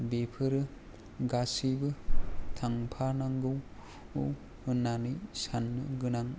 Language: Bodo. बेफोरो गासैबो थांफानांगौ होन्नानै साननो गोनां